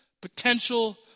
potential